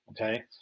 okay